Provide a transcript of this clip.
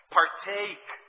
partake